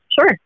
Sure